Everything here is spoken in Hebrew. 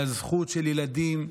לזכות של ילדים,